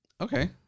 Okay